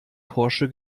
porsche